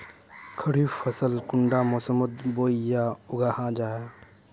खरीफ फसल कुंडा मोसमोत बोई या उगाहा जाहा?